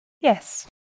Yes